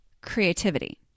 creativity